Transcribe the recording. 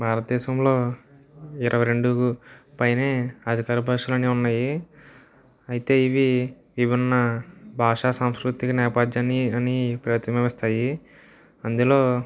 భారతదేశంలో ఇరవై రెండు పైనే అధికార భాషలనేవి ఉన్నాయి అయితే ఇవి విభిన్న భాషా సంస్కృతికి నేపధ్యాన్ని అని ప్రతిబింబిస్తాయి అందులో